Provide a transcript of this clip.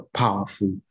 powerful